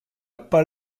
pas